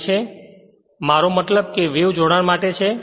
તેથી મારો મતલબ કે તે વેવ જોડાણ માટે છે